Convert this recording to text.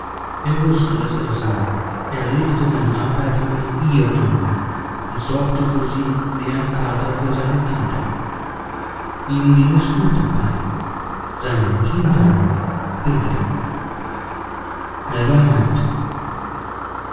er wußte daß er das war er redete seine arbeiter mit ihr an und sorgte für sie wie ein vater für seine kinder ihm ging es gut dabei seinen kindern weniger never